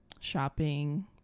shopping